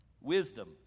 Wisdom